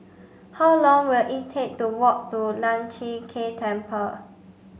how long will it take to walk to Lian Chee Kek Temple